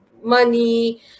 money